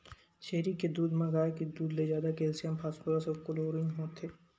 छेरी के दूद म गाय के दूद ले जादा केल्सियम, फास्फोरस अउ क्लोरीन होथे